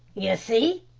ye see,